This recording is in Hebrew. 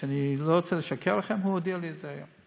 אני לא רוצה לשקר לכם, הוא הודיע לי את זה היום.